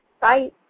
Bye